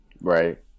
Right